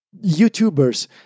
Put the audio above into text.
YouTubers